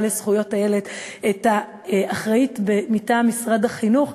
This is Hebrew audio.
לזכויות הילד את האחראית מטעם משרד החינוך,